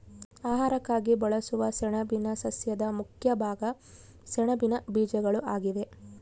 ಆಹಾರಕ್ಕಾಗಿ ಬಳಸುವ ಸೆಣಬಿನ ಸಸ್ಯದ ಮುಖ್ಯ ಭಾಗ ಸೆಣಬಿನ ಬೀಜಗಳು ಆಗಿವೆ